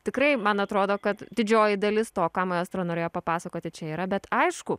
tikrai man atrodo kad didžioji dalis to ką maestro norėjo papasakoti čia yra bet aišku